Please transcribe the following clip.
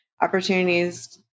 opportunities